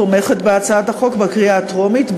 תומכת בהצעת החוק בקריאה הטרומית,